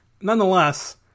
nonetheless